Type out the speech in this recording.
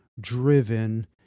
driven